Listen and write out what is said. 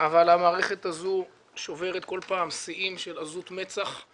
אבל המערכת הזאת שוברת כל פעם שיאים של עזות מצח,